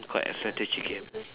quite a strategy game